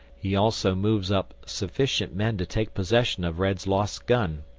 he also moves up sufficient men to take possession of red's lost gun.